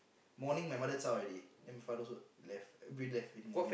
morning my mother zao already then my father also left left every morning